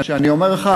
שאני אומר לך,